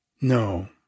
No